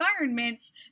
environments